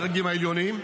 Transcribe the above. להגיע לדרגים העליונים,